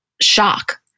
shock